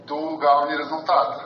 tu gauni rezultatą